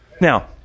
Now